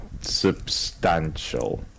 substantial